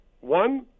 One